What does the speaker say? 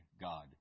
God